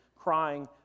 crying